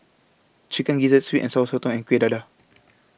Chicken Gizzard Sweet and Sour Sotong and Kuih Dadar